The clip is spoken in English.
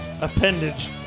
Appendage